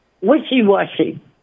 wishy-washy